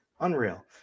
Unreal